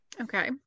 Okay